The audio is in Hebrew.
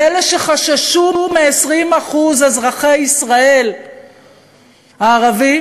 לאלה שחששו מ-20% אזרחי ישראל הערבים